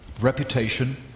reputation